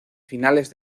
finales